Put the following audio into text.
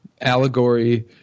allegory